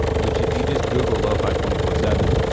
which if you just google lofi twenty four seven,